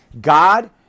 God